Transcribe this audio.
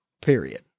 period